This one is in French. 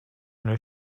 une